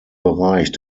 bereich